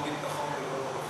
לא ביטחון,